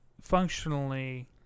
functionally